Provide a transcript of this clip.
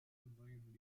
neuem